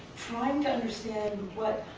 trying to understand what,